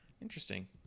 Interesting